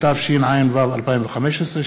התשע"ו 2015,